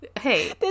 Hey